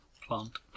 plant